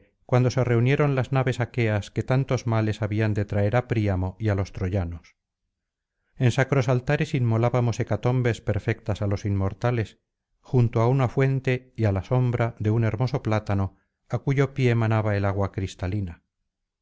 cuando se reunieron las naves aqueas que tantos males habían de traer á príamo y á los troyanos en sacros altares inmolábamos hecatombes perfectas á los inmortales junto á una fuente y á la sombra de un hermoso plátano á cuyo pie manaba el agua cristalina